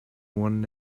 one